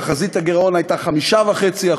תחזית הגירעון הייתה 5.5%,